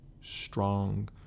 strong